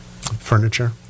Furniture